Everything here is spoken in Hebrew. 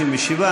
57,